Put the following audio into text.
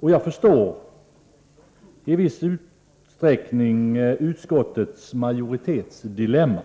och jag förstår i viss utsträckning utskottsmajoritetens dilemma.